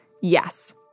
Yes